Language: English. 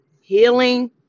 Healing